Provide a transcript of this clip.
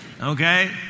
Okay